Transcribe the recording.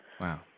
Wow